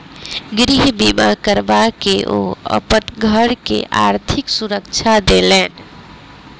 गृह बीमा करबा के ओ अपन घर के आर्थिक सुरक्षा देलैन